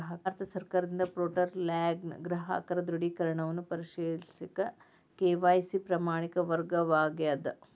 ಭಾರತ ಸರ್ಕಾರದಿಂದ ಪೋರ್ಟಲ್ನ್ಯಾಗ ಗ್ರಾಹಕರ ದೃಢೇಕರಣವನ್ನ ಪರಿಶೇಲಿಸಕ ಕೆ.ವಾಯ್.ಸಿ ಪ್ರಮಾಣಿತ ಮಾರ್ಗವಾಗ್ಯದ